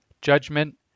Judgment